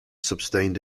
sustained